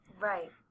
right